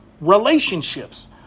relationships